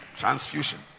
transfusion